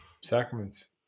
Sacraments